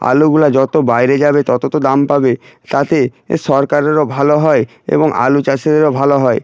আলুগুলা যত বাইরে যাবে তত তো দাম পাবে তাতে এ সরকারেরও ভালো হয় এবং আলু চাষেরও ভালো হয়